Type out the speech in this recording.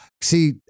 see